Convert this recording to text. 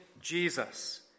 Jesus